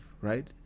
right